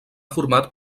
format